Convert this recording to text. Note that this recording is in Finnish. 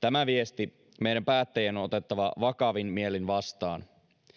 tämä viesti meidän päättäjien on on otettava vakavin mielin vastaan